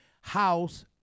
house